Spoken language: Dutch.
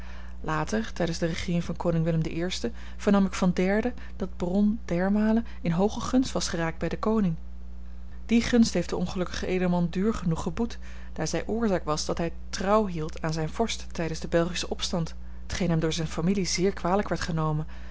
later tijdens de regeering van koning willem i vernam ik van derden dat de baron d'hermaele in hooge gunst was geraakt bij den koning die gunst heeft de ongelukkige edelman duur genoeg geboet daar zij oorzaak was dat hij trouw hield aan zijn vorst tijdens den belgischen opstand t geen hem door zijne familie zeer kwalijk werd genomen